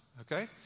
Okay